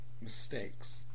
mistakes